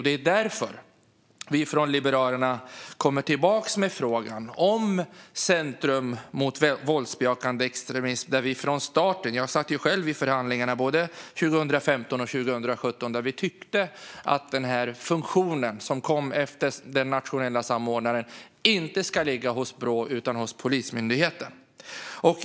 Det är därför vi från Liberalerna återkommer med frågan om Center mot våldsbejakande extremism. Jag satt själv med i förhandlingarna både 2015 och 2017. Vi tyckte från starten att denna funktion, som kom efter den nationella samordnaren, inte ska ligga hos Brå utan hos Polismyndigheten. Fru talman!